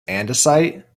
andesite